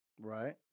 Right